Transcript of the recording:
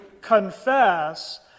confess